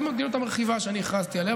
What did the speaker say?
עם המדיניות המרחיבה שאני הכרזתי עליה,